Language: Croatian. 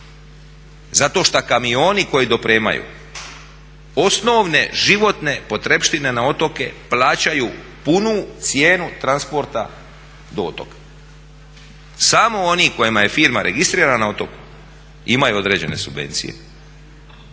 Zato šta kamioni koji dopremaju osnovne životne potrepštine na otoke plaćaju punu cijenu transporta do otoka. Samo oni kojima je firma registrirana na otoku imaju određene subvencije